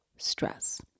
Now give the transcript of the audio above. stress